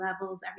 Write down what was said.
levels